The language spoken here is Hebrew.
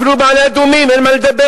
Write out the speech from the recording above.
אפילו מעלה-אדומים אין מה לדבר,